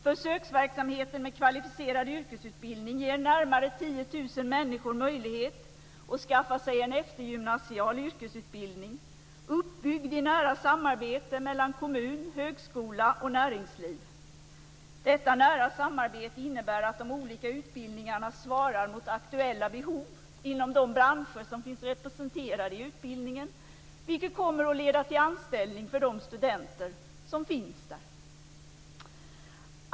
Försöksverksamheten med Kvalificerad yrkesutbildning ger närmare 10 000 människor möjlighet att skaffa sig en eftergymnasial yrkesutbildning uppbyggd i nära samarbete mellan kommun, högskola och näringsliv. Detta nära samarbete innebär att de olika utbildningarna svarar mot aktuella behov inom de branscher som finns representerade, vilket kommer att leda till anställning för de studenter som finns i utbildningarna.